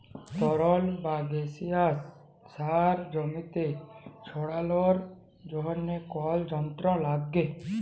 তরল বা গাসিয়াস সার জমিতে ছড়ালর জন্হে কল যন্ত্র লাগে